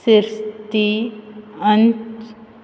स्थिती अंच